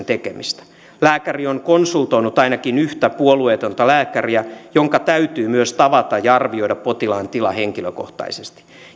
tekemistä lääkäri on konsultoinut ainakin yhtä puolueetonta lääkäriä jonka täytyy myös tavata ja arvioida potilaan tila henkilökohtaisesti